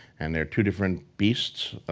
and they're two different beasts.